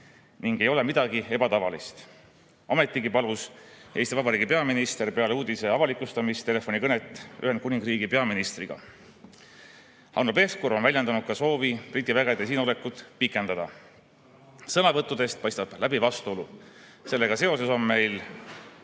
ei ole midagi ebatavalist. Ometigi palus Eesti Vabariigi peaminister peale uudise avalikustamist telefonikõnet Ühendkuningriigi peaministriga. Hanno Pevkur on väljendanud soovi Briti vägede siinolekut pikendada. Sõnavõttudest paistab läbi vastuolu. Sellega seoses on meil